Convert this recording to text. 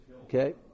Okay